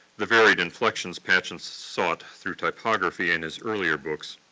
the varied inflections patchen sought through typography in his earlier books,